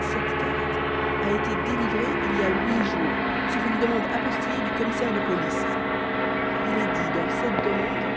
cette carte a été délivrée il y a huit jours sur une demande apostillée du commissaire de police il est dit dans cette demande